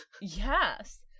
Yes